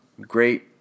great